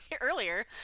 earlier